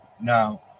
Now